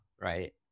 right